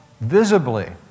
visibly